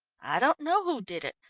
i don't know who did it.